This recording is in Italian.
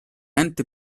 ente